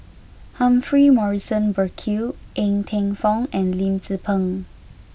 Humphrey Morrison Burkill Ng Teng Fong and Lim Tze Peng